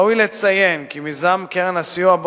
ראוי לציין כי מיזם קרן הסיוע,